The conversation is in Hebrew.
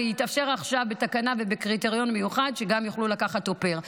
ועכשיו התאפשר בתקנה ובקריטריון מיוחד שהן גם תוכלנה לקחת אופר.